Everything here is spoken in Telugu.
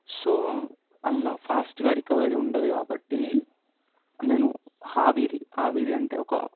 సో అందులో ఫాస్ట్గా రికవరీ ఉండదు కాబట్టి నేను ఆవిరి ఆవిరి అంటే ఒక